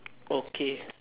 okay